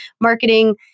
marketing